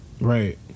Right